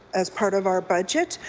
as part of our budget.